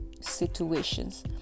situations